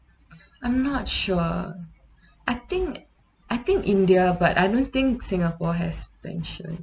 I'm not sure I think I think india but I don't think singapore has pension